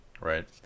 right